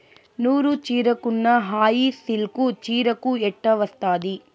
నూరు చీరకున్న హాయి సిల్కు చీరకు ఎట్టా వస్తాది